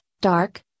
dark